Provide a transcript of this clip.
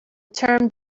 term